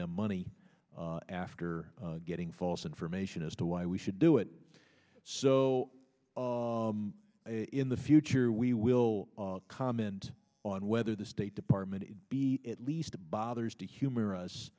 them money after getting false information as to why we should do it so in the future we will comment on whether the state department to be at least bothers to humor us